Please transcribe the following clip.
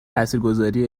تاثیرگذاری